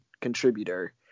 contributor